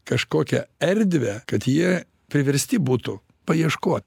kažkokią erdvę kad jie priversti būtų paieškot